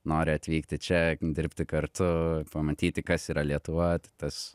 nori atvykti čia dirbti kartu pamatyti kas yra lietuva tas